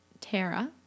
Tara